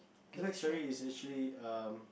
his back story is actually um